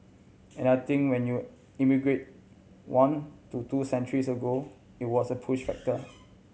and I think when you emigrated one to two centuries ago it was a push factor